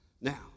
Now